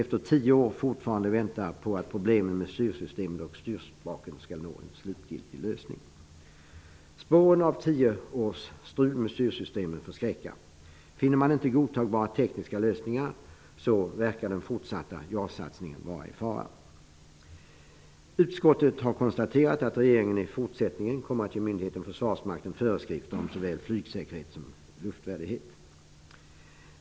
Efter tio år förväntas fortfarande att problemen med styrsystemet och styrspaken skall nå en slutgiltig lösning. Spåren av tio års strul med styrsystemet förskräcker. Finner man inte godtagbara tekniska lösningar, verkar den fortsatta JAS-satsningen vara i fara. Utskottet har konstaterat att regeringen i fortsättningen kommer att ge myndigheten Försvarsmakten föreskrifter om såväl flygsäkerhet som luftvärdighet.